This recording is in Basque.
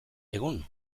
egun